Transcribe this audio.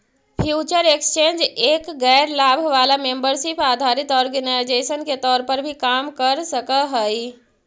future exchange एक गैर लाभ वाला मेंबरशिप आधारित ऑर्गेनाइजेशन के तौर पर भी काम कर सकऽ हइ